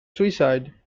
suicide